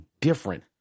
different